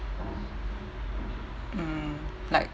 mm like